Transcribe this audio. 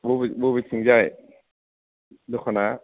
बबे बबेथिंजाय दखाना